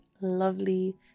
lovely